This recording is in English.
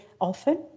often